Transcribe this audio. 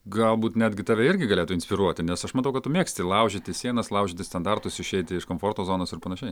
galbūt netgi tave irgi galėtų inspiruoti nes aš matau kad tu mėgsti laužyti sienas laužyti standartus išeiti iš komforto zonos ir panašiai